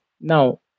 Now